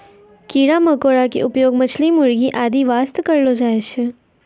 कीड़ा मकोड़ा के उपयोग मछली, मुर्गी आदि वास्तॅ करलो जाय छै